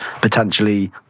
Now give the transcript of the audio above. potentially